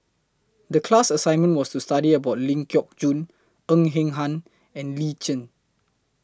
The class assignment was to study about Ling Geok Choon Ng Eng Hen and Lee Tjin